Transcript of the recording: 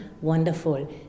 wonderful